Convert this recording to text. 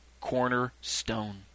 Cornerstone